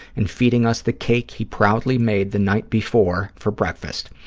and feeding us the cake he proudly made the night before for breakfast.